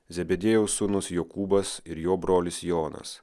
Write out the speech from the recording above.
zebediejaus sūnus jokūbas ir jo brolis jonas